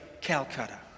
calcutta